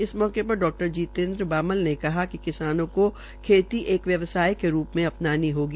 इस मौके पर डॉ जीतेन्द्र बामल ने कहा कि किसानों को खेती एक व्यवसाय के रूप मे अपनानी होगी